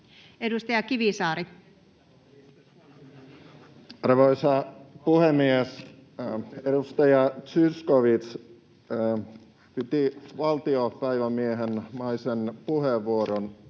15:57 Content: Arvoisa puhemies! Edustaja Zyskowicz piti valtiopäivämiesmäisen puheenvuoron